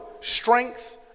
strength